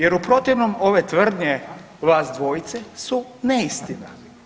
Jer u protivnom, ove tvrdnje vas dvojice su neistina.